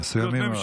מסוימים מאוד.